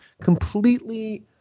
completely